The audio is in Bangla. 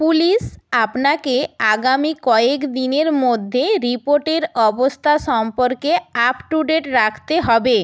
পুলিশ আপনাকে আগামী কয়েক দিনের মধ্যে রিপোর্টের অবস্থা সম্পর্কে আপ টু ডেট রাখতে হবে